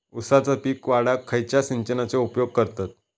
ऊसाचा पीक वाढाक खयच्या सिंचनाचो उपयोग करतत?